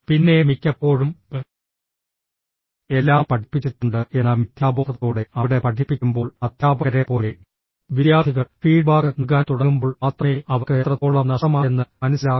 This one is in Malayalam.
പിന്നെ മിക്കപ്പോഴും എല്ലാം പഠിപ്പിച്ചിട്ടുണ്ട് എന്ന മിഥ്യാബോധത്തോടെ അവിടെ പഠിപ്പിക്കുമ്പോൾ അധ്യാപകരെപ്പോലെ വിദ്യാർത്ഥികൾ ഫീഡ്ബാക്ക് നൽകാൻ തുടങ്ങുമ്പോൾ മാത്രമേ അവർക്ക് എത്രത്തോളം നഷ്ടമായെന്ന് മനസ്സിലാകൂ